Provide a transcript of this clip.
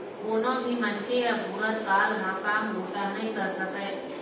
कोनो भी मनखे ह बुढ़त काल म काम बूता नइ कर सकय